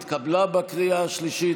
התקבלה בקריאה השלישית,